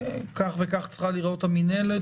כך צריכה להיראות המינהלת,